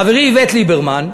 חברי איווט ליברמן,